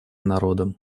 народом